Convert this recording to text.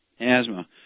Asthma